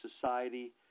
society